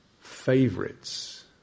favorites